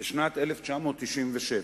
בשנת 1997,